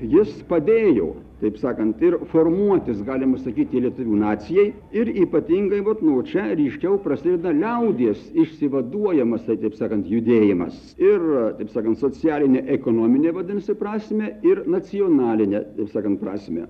jis padėjo taip sakant ir formuotis galima sakyti lietuvių nacijai ir ypatingai vot nuo čia ryškiau prasideda liaudies išsivaduojamasai taip sakant judėjimas ir taip sakant socialine ekonomine vadinasi prasme ir nacionaline taip sakant prasme